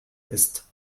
ist